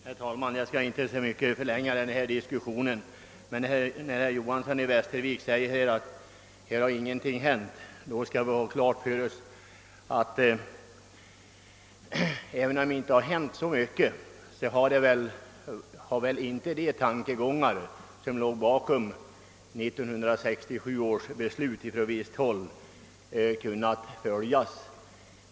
Herr talman! Jag skall inte mycket förlänga diskussionen, men jag vill bemöta herr Johansons i Västervik påstående att ingenting hänt på detta område. Vi skall ha klart för oss att även om det inte hänt särskilt mycket, så har ändå inte de tankegångar som från visst håll låg bakom 1967 års beslut kunnat följas.